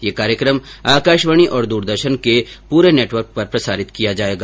ये कार्यक्रम आकाशवाणी और दूरदर्शन के पूरे नेटवर्क पर प्रसारित किया जायेगा